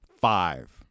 five